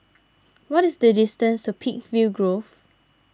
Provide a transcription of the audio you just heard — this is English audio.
what is the distance to Peakville Grove